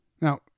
Now